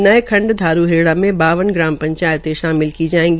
नये खंड धारूहेड़ा में बावन ग्राम पंचायतें शामिल की जायेगी